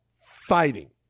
fighting